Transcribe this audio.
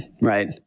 right